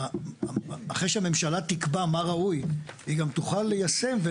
שאחרי שהממשלה תקבע מה ראוי היא גם תוכל ליישם,